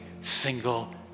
single